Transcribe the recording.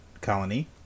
Colony